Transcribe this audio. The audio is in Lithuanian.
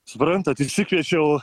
suprantat išsikviečiau